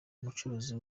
umucuruzi